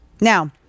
Now